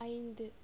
ஐந்து